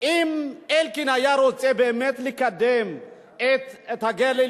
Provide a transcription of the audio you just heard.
אם אלקין היה רוצה באמת לקדם את הגליל